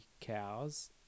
cows